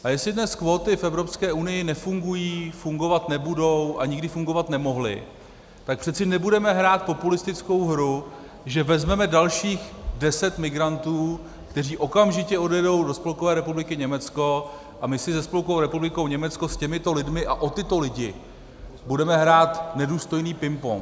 A jestli dnes kvóty v Evropské unii nefungují, fungovat nebudou a nikdy fungovat nemohly, tak přece nebudeme hrát populistickou hru, že vezmeme dalších deset migrantů, kteří okamžitě odjedou do Spolkové republiky Německo, a my si se Spolkovou republikou Německo s těmito lidmi a o tyto lidi budeme hrát nedůstojný pingpong.